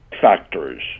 factors